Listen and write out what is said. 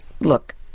look